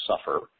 suffer